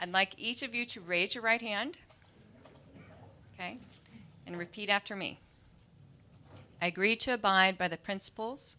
i'd like each of you to raise your right hand ok and repeat after me i agree to abide by the princip